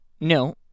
No